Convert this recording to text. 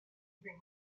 bring